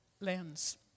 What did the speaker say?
lens